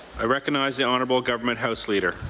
i recognize the honourable government house leader.